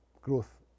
growth